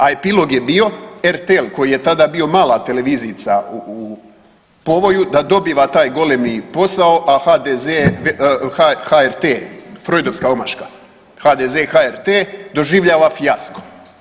A epilog je bio RTL koji je tada bio mala televizijica u povoju, da dobiva taj golemi posao, a HDZ, a HRT, frojdovska omaška, HDZ i HRT, doživljava fijasko.